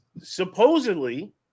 supposedly